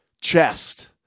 chest